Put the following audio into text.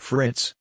Fritz